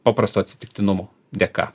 paprasto atsitiktinumo dėka